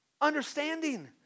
Understanding